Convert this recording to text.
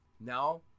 Now